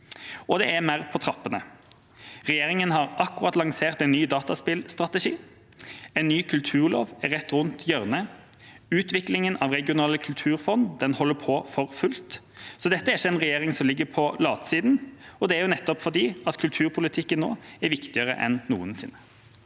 Det er mer på trappene. Regjeringa har akkurat lansert en ny dataspillstrategi, en ny kulturlov er rett rundt hjørnet, og utviklingen av regionale kulturfond holder på for fullt. Dette er ikke en regjering som ligger på latsiden, og det er nettopp fordi kulturpolitikken nå er viktigere enn noensinne.